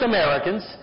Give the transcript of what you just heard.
Americans